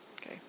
Okay